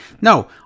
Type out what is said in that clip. No